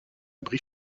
brie